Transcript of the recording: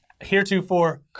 heretofore